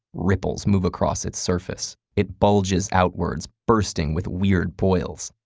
ripples move across its surface. it bulges outwards, bursting with weird boils.